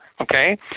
okay